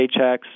paychecks